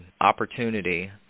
opportunity